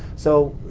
so,